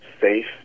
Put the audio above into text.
safe